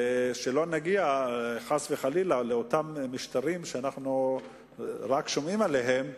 ושלא נגיע חס וחלילה לאותם משטרים שאנחנו רק שומעים עליהם,